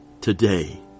Today